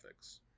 graphics